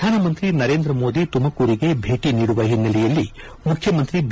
ಪ್ರಧಾನಮಂತ್ರಿ ನರೇಂದ್ರ ಮೋದಿ ತುಮಕೂರಿಗೆ ಭೇಟ ನೀಡುವ ಹಿನ್ನೆಲೆಯಲ್ಲಿ ಮುಖ್ಣಮಂತ್ರಿ ಬಿ